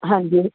ਹਾਂਜੀ ਜੀ